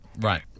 Right